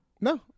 No